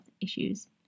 issues